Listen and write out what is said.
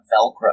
Velcro